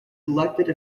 elected